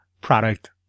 product